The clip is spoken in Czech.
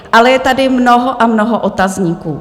Ale je tady mnoho a mnoho otazníků.